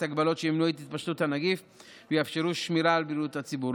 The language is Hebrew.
הגבלות שימנעו את התפשטות הנגיף ויאפשרו שמירה על בריאות הציבור.